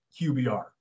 QBR